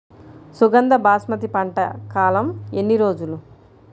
సుగంధ బాస్మతి పంట కాలం ఎన్ని రోజులు?